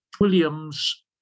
Williams